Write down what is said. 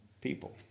people